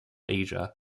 asia